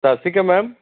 ਸਤਿ ਸ਼੍ਰੀ ਅਕਾਲ ਮੈਮ